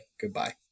Goodbye